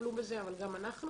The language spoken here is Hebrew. יטפלו בזה אבל גם אנחנו,